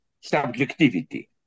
subjectivity